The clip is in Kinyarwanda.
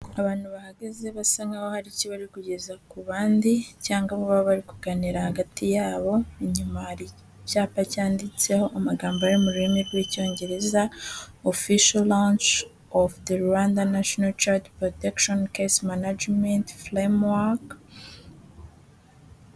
Abantu bahahaga basa nk'aho hari ikibazoba kugeza ku bandi cyangwa bo bari kuganira hagati yabo, inyuma icyapa cyanditseho amagambo ari mu rurimi rw'Icyongereza, Official lunch of the Rwanda National child Protection Case Managerment Framework.